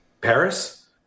Paris